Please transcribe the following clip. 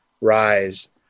rise